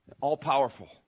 All-powerful